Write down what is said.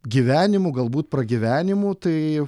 gyvenimu galbūt pragyvenimu tai